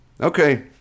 Okay